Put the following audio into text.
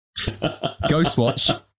Ghostwatch